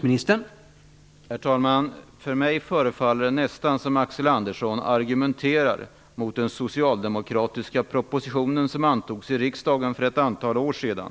Tack!